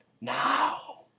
Now